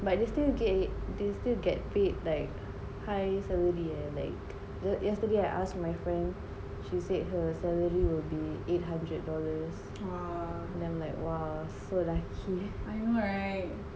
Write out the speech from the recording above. but they still get they still get paid like high salary ah like yesterday I asked my friend she said her salary will be eight hundred dollars and I'm like !wah! so lucky